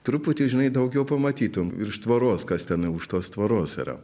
truputį žinai daugiau pamatytum virš tvoros kas tenai už tos tvoros yra